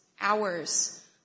hours